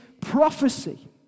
prophecy